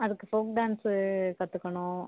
அதுக்கு folk dance கற்றுக்கணும்